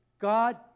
God